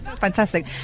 Fantastic